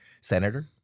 Senator